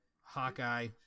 Hawkeye